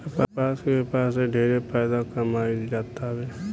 कपास के व्यापार से ढेरे फायदा कमाईल जातावे